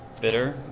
Bitter